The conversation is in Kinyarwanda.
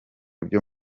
byo